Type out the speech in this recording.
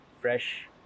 fresh